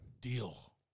Deal